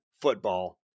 football